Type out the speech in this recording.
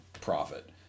profit